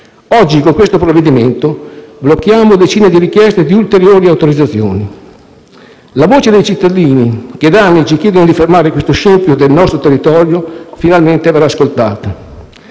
e con il provvedimento in esame blocchiamo decine di richieste di ulteriori autorizzazioni. La voce dei cittadini che da anni ci chiedono di fermare questo scempio del nostro territorio finalmente verrà ascoltata.